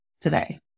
today